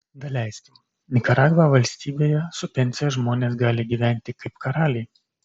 daleiskim nikaragva valstybėje su pensija žmonės gali gyventi kaip karaliai